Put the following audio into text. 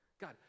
God